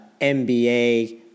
MBA